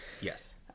Yes